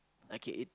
I can eat